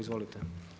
Izvolite.